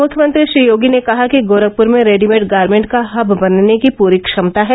मुख्यमंत्री श्री योगी ने कहा कि गोरखपुर में रेडीमेड गारमेंट का हब बनने की पूरी क्षमता है